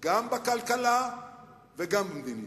גם בכלכלה וגם במדיניות.